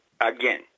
Again